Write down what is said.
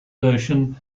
version